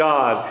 God